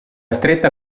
stretta